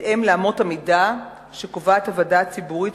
בהתאם לאמות המידה שקובעת הוועדה הציבורית,